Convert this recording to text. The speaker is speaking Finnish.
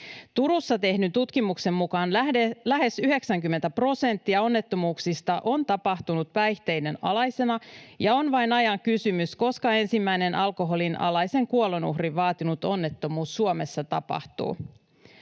Turussa tehdyn tutkimuksen mukaan lähes 90 prosenttia onnettomuuksista on tapahtunut päihteiden alaisena, ja on vain ajan kysymys, koska ensimmäinen alkoholin alaisen kuolonuhrin vaatinut onnettomuus Suomessa tapahtuu.